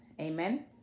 amen